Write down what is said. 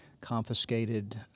confiscated